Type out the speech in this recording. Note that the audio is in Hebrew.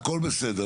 הכל בסדר.